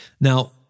Now